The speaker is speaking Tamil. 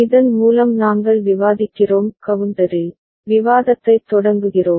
இதன் மூலம் நாங்கள் விவாதிக்கிறோம் கவுண்டரில் விவாதத்தைத் தொடங்குகிறோம்